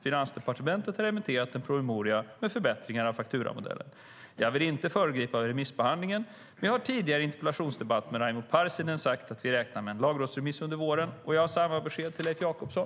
Finansdepartementet har remitterat en promemoria med förbättringar av fakturamodellen. Jag vill inte föregripa remissbehandlingen, men jag har tidigare i en interpellationsdebatt med Raimo Pärssinen sagt att vi räknar med en lagrådsremiss under våren. Jag har samma besked till Leif Jakobsson.